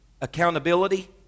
accountability